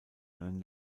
einen